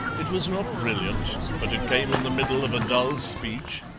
it was not brilliant, but it came in the middle of a dull speech,